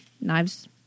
knives